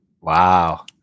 wow